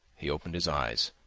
he opened his eyes,